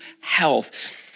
health